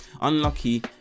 unlucky